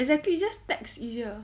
exactly just text easier